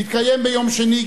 תתקיים ביום שני,